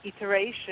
iteration